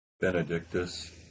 Benedictus